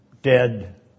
dead